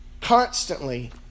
Constantly